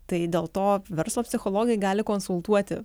tai dėl to verslo psichologai gali konsultuoti